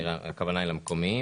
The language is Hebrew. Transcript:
הכוונה היא למקומיים